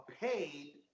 paid